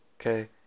okay